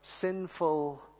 sinful